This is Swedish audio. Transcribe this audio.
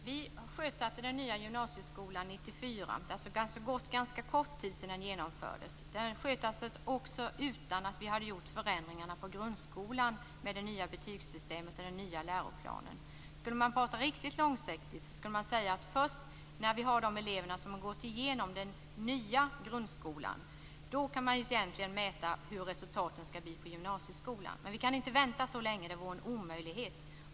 Herr talman! Vi sjösatte den nya gymnasieskolan 1994. Det har alltså gått ganska kort tid sedan den genomfördes. Det skedde också utan att vi hade gjort förändringarna med det nya betygssystemet och den nya läroplanen på grundskolan. Skulle man prata riktigt långsiktigt skulle man säga att först när vi har de elever som har gått igenom den nya grundskolan kan man egentligen mäta hur resultaten skall bli på gymnasieskolan. Men vi kan inte vänta så länge. Det vore en omöjlighet.